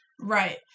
Right